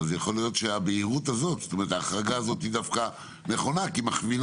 יכול להיות שההחרגה הזו נכונה כי היא מכווינה